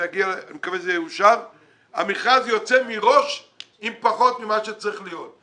אני מקווה שזה יאושר - המכרז יוצא מראש עם פחות ממה שצריך להיות.